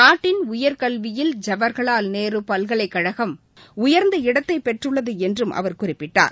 நாட்டின் உயர்கல்வியில் ஜவஹர்லால் பல்கலைக்கழகம் உயர்ந்த இடத்தை பெற்றுள்ளது என்றும் அவர் குறிப்பிட்டார்